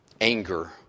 anger